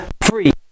free